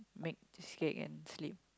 make scared and sleep